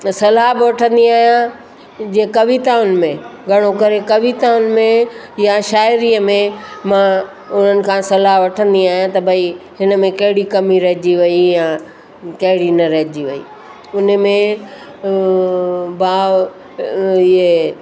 सलाह बि वठंदी आहियां जीअं कविताउनि में घणो करे कविताउनि में यां शाइरीअ में मां उन्हनि खां सलाह वठंदी आहियां त भई हिन में कहिड़ी कमी रहिजी वई या कहिड़ी न रहिजी वई उन में भाव इहे